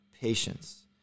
patience